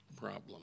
problem